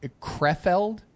krefeld